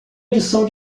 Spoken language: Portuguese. adição